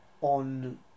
on